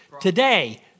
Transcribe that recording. today